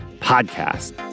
podcast